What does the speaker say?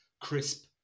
crisp